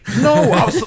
no